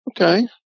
okay